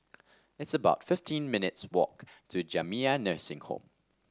it's about fifteen minutes' walk to Jamiyah Nursing Home